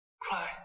cry